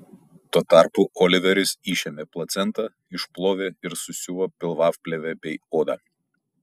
tuo tarpu oliveris išėmė placentą išplovė ir susiuvo pilvaplėvę bei odą